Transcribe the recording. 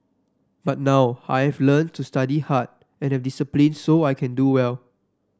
but now I've learnt to study hard and have discipline so that I can do well